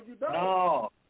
no